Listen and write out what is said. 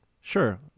sure